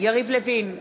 יריב לוין,